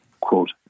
quote